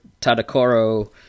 Tadakoro